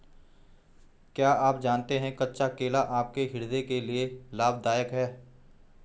क्या आप जानते है कच्चा केला आपके हृदय के लिए लाभदायक है?